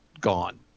gone